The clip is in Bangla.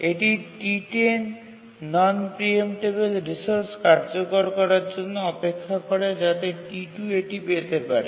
এটি T10 নন প্রিএমটেবিল রিসোর্স কার্যকর করার জন্য অপেক্ষা করে যাতে T2 এটি পেতে পারে